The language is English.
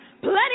Plenty